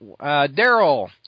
Daryl